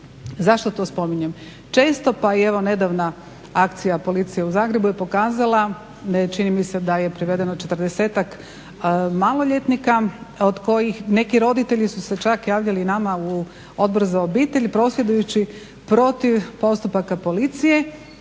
Zašto to spominjem? Često pa i evo nedavna akcija policije u Zagrebu je pokazala čini mi se da je privedeno 40-ak maloljetnika od kojih neki roditelji su se čak javljali nama u Odbor za obitelj prosvjedujući protiv postupaka policije,